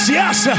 yes